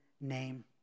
name